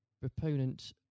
proponent